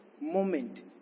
moment